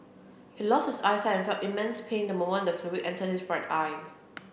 he lost his eyesight and felt immense pain the moment the fluid entered his right eye